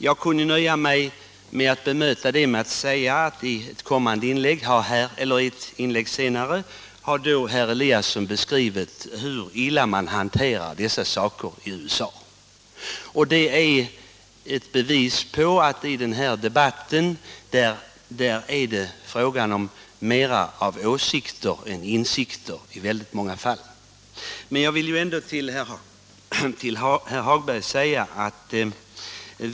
För att bemöta det kunde jag nöja mig med att säga att i ett senare inlägg har herr Eliasson beskrivit hur illa man hanterar dessa frågor i USA. Det är ett bevis på att det i den här debatten mera är fråga om åsikter än om insikter.